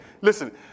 listen